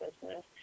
business